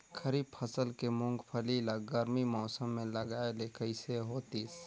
खरीफ फसल के मुंगफली ला गरमी मौसम मे लगाय ले कइसे होतिस?